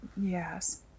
Yes